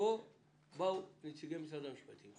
באו נציגי משרד המשפטים,